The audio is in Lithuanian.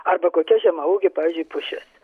arba kokia žemaūgė pavyzdžiui pušis